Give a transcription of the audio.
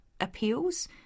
appeals